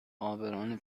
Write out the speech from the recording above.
عابران